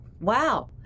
wow